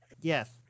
Yes